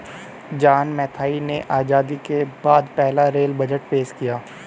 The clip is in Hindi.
जॉन मथाई ने आजादी के बाद पहला रेल बजट पेश किया